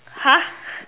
!huh!